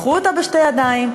קחו אותה בשתי ידיים,